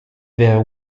vers